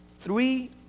three